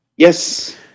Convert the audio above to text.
Yes